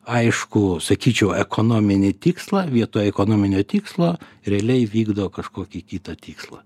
aiškų sakyčiau ekonominį tikslą vietoj ekonominio tikslo realiai vykdo kažkokį kitą tikslą